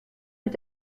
mit